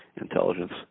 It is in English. intelligence